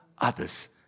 others